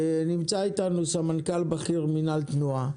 נמצא אתנו סמנכ"ל בכיר מינהל תנועה,